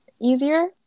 easier